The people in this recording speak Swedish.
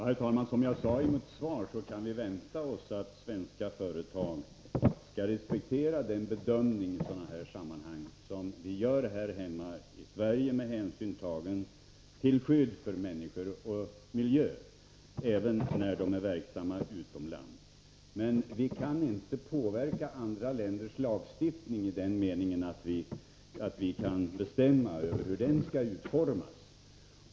Herr talman! Som jag sade i mitt svar kan vi vänta oss att svenska företag, även då företagen är verksamma utomlands, skall respektera den bedömning som vi i sådana här sammanhang gör här hemma i Sverige när vi tar hänsyn till skyddet för människor och miljö. Men vi kan inte påverka andra länders lagstiftning i den meningen att vi kan bestämma hur den skall utformas.